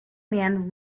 man